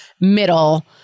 middle